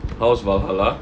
how's valhalla